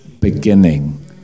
beginning